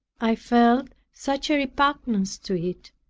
i felt such a repugnance to it,